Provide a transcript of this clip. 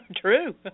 True